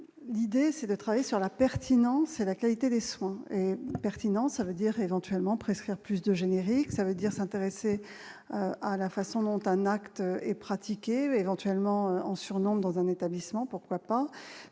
l'idée c'est de travailler sur la pertinence et la qualité des soins et pertinent, ça veut dire éventuellement prescrire plus de génériques, ça veut dire s'intéresser à la façon dont un acte et pratiqué éventuellement en surnombre dans un établissement, pourquoi pas,